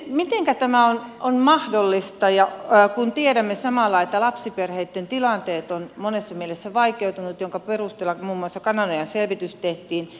mitenkä tämä on mahdollista kun tiedämme samalla että lapsiperheitten tilanteet ovat monessa mielessä vaikeutuneet minkä perusteella muun muassa kananojan selvitys tehtiin